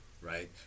right